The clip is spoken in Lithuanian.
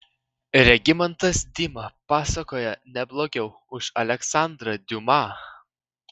regimantas dima pasakoja ne blogiau už aleksandrą diuma